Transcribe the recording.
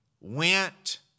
went